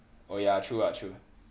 oh ya true ah true